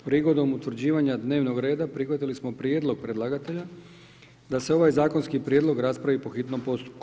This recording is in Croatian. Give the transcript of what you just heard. Prigodom utvrđivanja dnevnog reda, prihvatili smo prijedlog predlagatelja da se ovaj zakonski prijedlog raspravi po hitnom postupku.